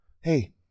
Hey